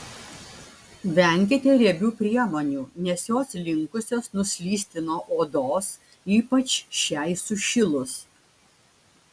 venkite riebių priemonių nes jos linkusios nuslysti nuo odos ypač šiai sušilus